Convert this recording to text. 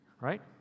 right